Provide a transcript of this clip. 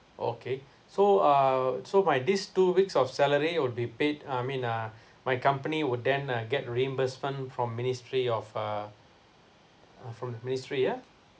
okay so uh so my this two weeks of salary will be paid I mean uh my company will then uh get reimbursement from ministry of uh uh from the ministry yeah